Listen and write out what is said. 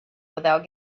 without